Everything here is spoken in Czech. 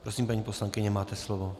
Prosím, paní poslankyně, máte slovo.